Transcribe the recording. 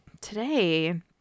Today